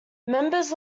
members